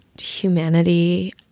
humanity